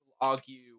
argue